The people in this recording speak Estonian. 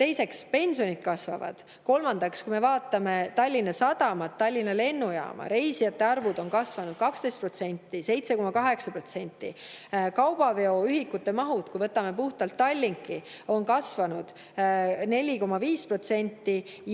Teiseks, pensionid kasvavad. Kolmandaks, vaatame Tallinna Sadamat, Tallinna Lennujaama: reisijate arv on kasvanud 12% ja 7,8%. Kaubaveoühikute maht, kui võtame puhtalt Tallinki, on kasvanud 4,5%,